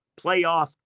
playoff